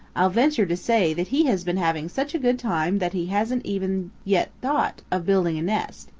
i'll venture to say that he has been having such a good time that he hasn't even yet thought of building a nest,